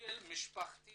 מודל משפחתי